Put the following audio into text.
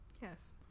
Yes